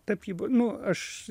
tapyba nu aš